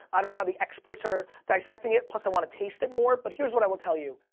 i don't know how the experts are dissecting it plus i want to taste it more but here's what i will tell you